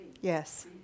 yes